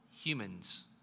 Humans